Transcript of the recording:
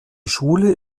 schule